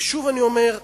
ושוב אני אומר,